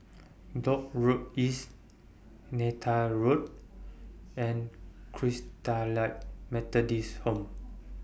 Dock Road East Neythal Road and Christalite Methodist Home